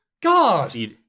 God